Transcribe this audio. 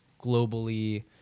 globally